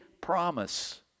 promise